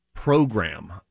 program